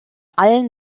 allen